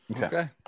Okay